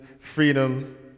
freedom